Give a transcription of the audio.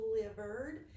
delivered